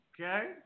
Okay